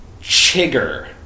chigger